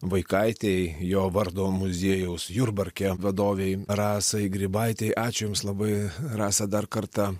vaikaitei jo vardo muziejaus jurbarke vadovei rasai grybaitei ačiū jums labai rasa dar kartą